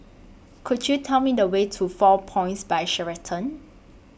Could YOU Tell Me The Way to four Points By Sheraton